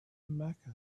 mecca